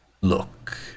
Look